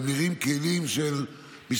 הם נראים כלים של משחקים,